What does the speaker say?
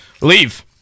leave